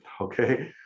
okay